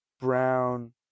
Brown